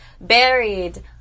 buried